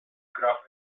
graf